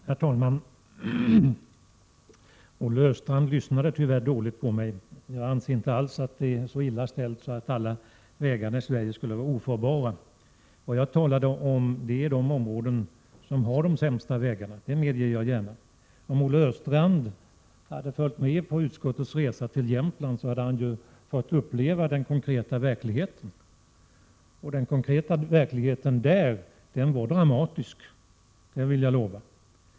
Herr talman! Olle Östrand lyssnade tyvärr dåligt på mig. Jag anser inte alls att det är så illa ställt att alla vägar i Sverige skulle vara ofarbara. Vad jag talade om var de områden som har de sämsta vägarna. Om Olle Östrand hade följt med på utskottets resa till Jämtland så hade han fått uppleva den konkreta verkligheten — och den konkreta verkligheten där var dramatisk, det kan jag lova.